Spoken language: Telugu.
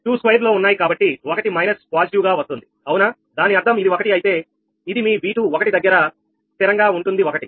2 స్క్వేర్ లో ఉన్నాయి కాబట్టి 1 మైనస్ పాజిటివ్ గా వస్తుంది అవునా దాని అర్థం ఇది1 అయితే ఇది మీ V2 ఒకటి దగ్గర స్థిరంగా ఉంటుంది ఒకటి